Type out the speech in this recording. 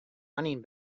running